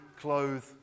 clothe